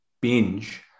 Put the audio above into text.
binge